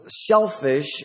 shellfish